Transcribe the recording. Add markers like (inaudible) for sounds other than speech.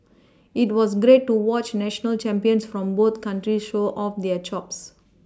it was great to watch national champions from both countries show off their chops (noise)